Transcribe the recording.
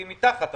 היא מתחת ל-400,